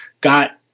got